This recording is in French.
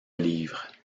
livres